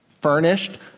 furnished